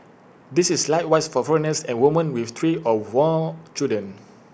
this is likewise for foreigners and women with three or more children